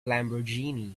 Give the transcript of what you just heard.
lamborghini